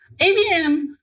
AVM